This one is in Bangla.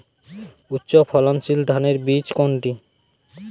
উচ্চ ফলনশীল ধানের বীজ কোনটি?